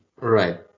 Right